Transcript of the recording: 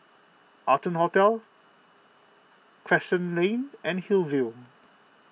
Arton Hotel Crescent Lane and Hillview